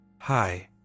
Hi